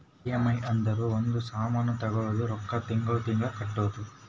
EMI ಅಂದುರ್ ಒಂದ್ ಸಾಮಾನ್ ತಗೊಳದು ರೊಕ್ಕಾ ತಿಂಗಳಾ ತಿಂಗಳಾ ಕಟ್ಟದು